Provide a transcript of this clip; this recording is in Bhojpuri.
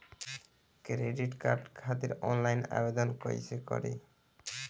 क्रेडिट कार्ड खातिर आनलाइन आवेदन कइसे करि?